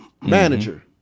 manager